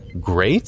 great